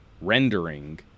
rendering